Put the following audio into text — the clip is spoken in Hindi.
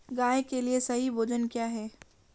गाय के लिए सही भोजन क्या है?